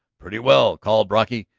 pretty well, called brocky.